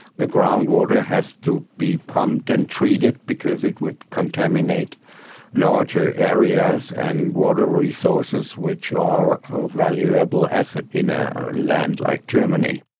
the groundwater has to be pumped and treated because it would contaminate larger areas and water resources, which are ah a valuable asset in a land like germany.